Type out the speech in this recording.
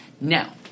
Now